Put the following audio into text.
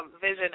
vision